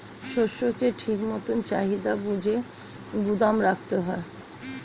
শস্যকে ঠিক মতন চাহিদা বুঝে গুদাম রাখতে হয়